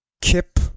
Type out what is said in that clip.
Kip